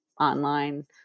online